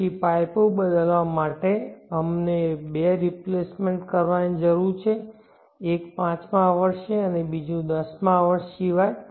પછી પાઈપો બદલવા માટે અમને બે રિપ્લેસમેન્ટ કરવાની જરૂર છે એક પાંચમા વર્ષે અને બીજું દસમા વર્ષ સિવાય